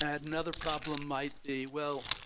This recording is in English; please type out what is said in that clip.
and another problem might be, well,